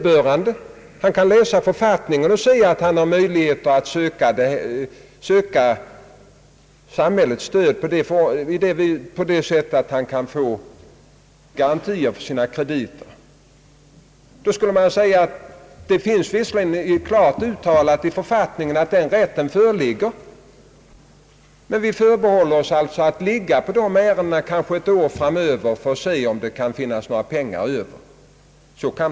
Företagaren kan i författningen läsa att han har möjligheter att söka samhällets stöd genom garantier för sina krediter. Man skulle då förklara att det visserligen är klart uttalat i författningen att denna rätt föreligger men skulle förbehålla sig rätten att ligga på sådana ärenden kanske ett år framåt för att se om det blir några pengar Över.